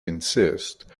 insist